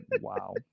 wow